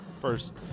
First